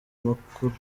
makuru